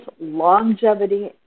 longevity